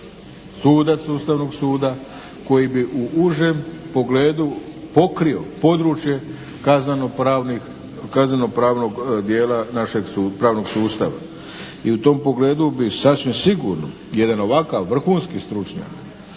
sudac Ustavnog suda koji bi u užem pogledu pokrio područje kazneno-pravnih, kazneno-pravnog dijela našeg pravnog sustava. I u tom pogledu bi sasvim sigurno jedan ovakav vrhunski stručnjak,